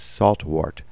saltwort